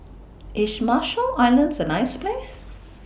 IS Marshall Islands A nice Place